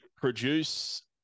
produce